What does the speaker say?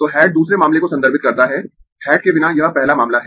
तो हैट दूसरे मामले को संदर्भित करता है हैट के बिना यह पहला मामला है